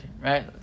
right